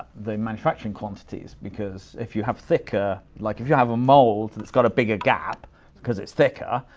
the manufacturing quantities, because if you have thicker, like if you have a mold that's got a bigger gap because it's thicker,